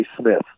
Smith